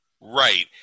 Right